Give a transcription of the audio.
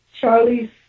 Charlie's